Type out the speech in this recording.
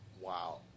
wow